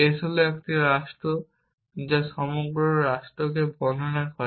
s হল একটি রাষ্ট্র যা সমগ্র রাষ্ট্রকে বর্ণনা করে